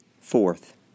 Fourth